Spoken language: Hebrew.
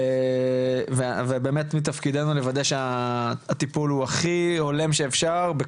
ובאמת מתפקידנו לוודא שהטיפול הוא הכי הולם שאפשר,